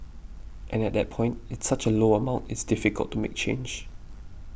and at that point it's such a low amount it's difficult to make change